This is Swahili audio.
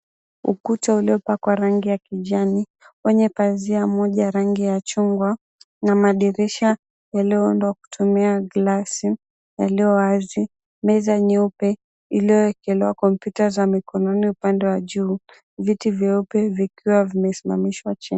Ukuta uliopakwa rangi ya kijani wenye pazia moja rangi ya chungwa na madirisha yaliyoundwa kutumia glasi yaliyo wazi. Meza nyeupe iliyowekelewa kompyuta za mikononi upande wa juu. Viti vyeupe vikiwa vimesimamishwa chini.